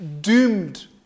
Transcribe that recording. doomed